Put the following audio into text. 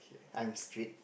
I'm strict